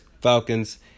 Falcons